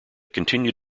continued